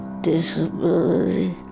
disability